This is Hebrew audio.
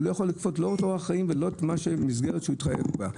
הוא לא יכול לכפות אורח חיים או לפגוע במסגרת שאדם התחייב בה.